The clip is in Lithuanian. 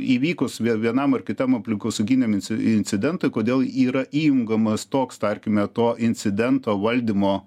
įvykus vie vienam ar kitam aplinkosauginiam incidentui kodėl yra įjungiamas toks tarkime to incidento valdymo